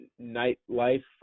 nightlife